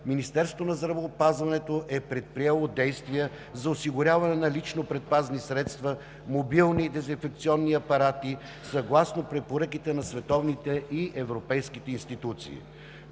Министерството на здравеопазването е предприело действия за осигуряване на лични предпазни средства, мобилни дезинфекционни апарати съгласно препоръките на световните и европейските институции.